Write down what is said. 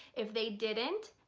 if they didn't,